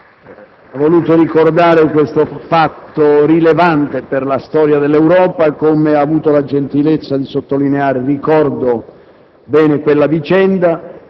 aver ricordato questo fatto rilevante per la storia dell'Europa. Come ha avuto la gentilezza di evidenziare, ricordo bene quella vicenda